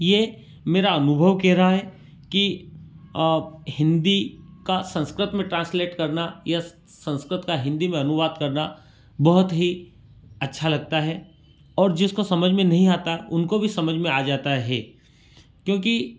यह मेरा अनुभव कह रहा है कि हिंदी का संस्कृत में ट्रांसलेट करना या संस्कृत का हिंदी में अनुवाद करना बहुत ही अच्छा लगता है और जिसको समझ में नहीं आता उनको भी समझ में आ जाता हे क्योंकि